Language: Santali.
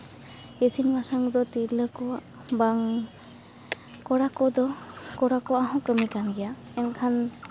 ᱤᱥᱤᱱ ᱵᱟᱥᱟᱝ ᱫᱚ ᱛᱤᱨᱞᱟᱹ ᱠᱚᱣᱟᱜ ᱵᱟᱝ ᱠᱚᱲᱟ ᱠᱚᱫᱚ ᱠᱚᱲᱟ ᱠᱚᱣᱟᱜ ᱦᱚᱸ ᱠᱟᱹᱢᱤ ᱠᱟᱱ ᱜᱮᱭᱟ ᱮᱱᱠᱷᱟᱱ